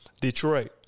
Detroit